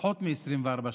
פחות מ-24 שעות,